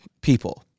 people